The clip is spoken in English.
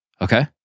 okay